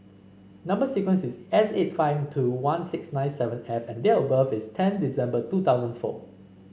number sequence is S eight five two one six nine seven F and date of birth is ten December two thousand four